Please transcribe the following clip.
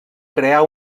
crear